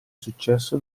successo